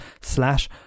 slash